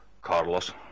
Carlos